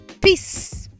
Peace